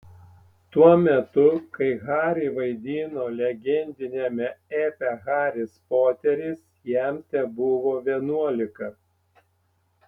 tuo metu kai harry vaidino legendiniame epe haris poteris jam tebuvo vienuolika